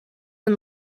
and